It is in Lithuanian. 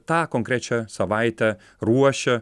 tą konkrečią savaitę ruošia